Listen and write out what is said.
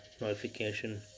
notification